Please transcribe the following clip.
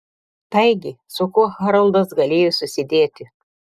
taigi su kuo haroldas galėjo susidėti